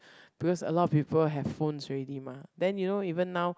because a lot of people have phones already mah then you know even now